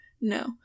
No